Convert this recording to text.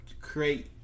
create